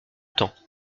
temps